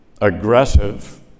aggressive